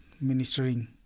ministering